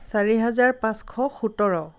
চাৰি হাজাৰ পাঁচশ সোতৰ